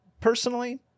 personally